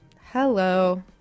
Hello